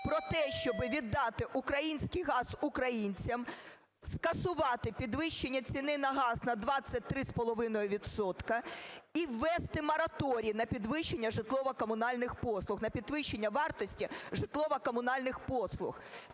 про те, щоб віддати український газ українцям, скасувати підвищення ціни на газ на 23,5 відсотка, і ввести мораторій на підвищення житлово-комунальних послуг, на підвищення вартості житлово-комунальних послуг.